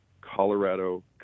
Colorado